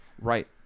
right